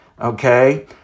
okay